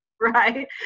right